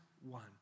one